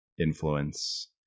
influence